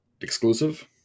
exclusive